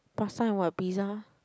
pasta and what pizza